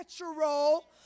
natural